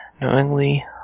knowingly